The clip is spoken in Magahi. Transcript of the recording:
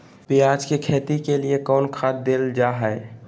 प्याज के खेती के लिए कौन खाद देल जा हाय?